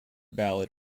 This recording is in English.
ballot